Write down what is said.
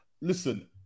Listen